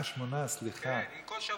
שמונה, סליחה.